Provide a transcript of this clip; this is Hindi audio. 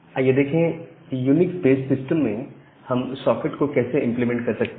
आइए देखें यूनिक बेस्ड सिस्टम में हम सॉकेट को कैसे इंप्लीमेंट कर सकते हैं